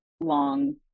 long